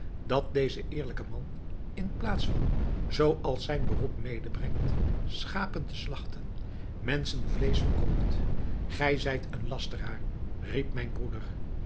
dat deze eerlijke man in plaats van zooals zijn beroep medebrengt schapen te slachten menschenvleesch verkoopt gij zijt een lasteraar riep mijn broeder